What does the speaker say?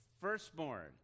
firstborn